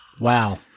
Wow